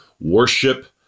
worship